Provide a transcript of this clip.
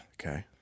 Okay